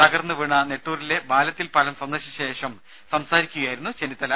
തകർന്നു വീണ നെട്ടൂരിലെ ബാലത്തിൽ പാലം സന്ദർശിച്ച ശേഷം സംസാരിക്കുകയായിരുന്നു ചെന്നിത്തല